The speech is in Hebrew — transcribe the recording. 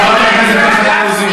הוא בעד הצעת החוק.